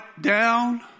down